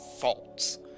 false